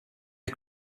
are